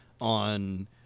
on